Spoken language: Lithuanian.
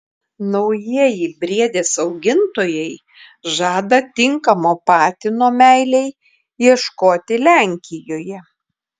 naujieji briedės augintojai žada tinkamo patino meilei ieškoti lenkijoje